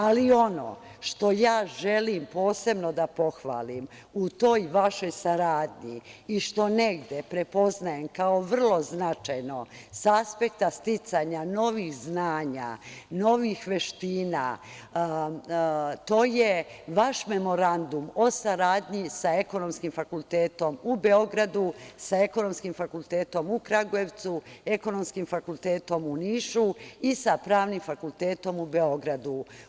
Ali, ono što ja želim posebno da pohvalim u toj vašoj saradnji i što negde prepoznajem kao vrlo značajno sa aspekta sticanja novih znanja, novih veština, to je vaš memorandum o saradnji sa Ekonomskim fakultetom u Beogradu, sa Ekonomskim fakultetom u Kragujevcu, sa Ekonomskim fakultetom u Nišu i sa Pravnim fakultetom u Beogradu.